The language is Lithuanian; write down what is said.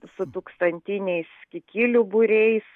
su tūkstantiniais kikilių būriais